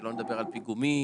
שלא נדבר על פיגומים,